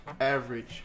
average